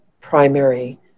primary